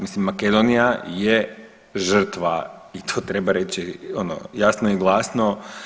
Mislim Makedonija je žrtva i to treba reći ono jasno i glasno.